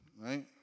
right